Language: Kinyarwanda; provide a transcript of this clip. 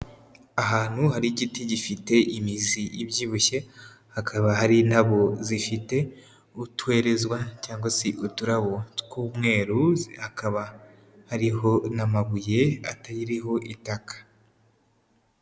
Ahantu hari igiti gifite imizi ibyibushye. Hakaba hari indabo zifite utwerezwa cyangwa se uturarabo tw'umweru. Hakaba hariho n'amabuye atariho itaka.